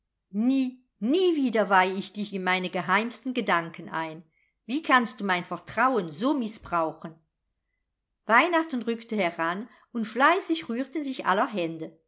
nie nie wieder weihe ich dich in meine geheimsten gedanken ein wie kannst du mein vertrauen so mißbrauchen weihnachten rückte heran und fleißig rührten sich aller hände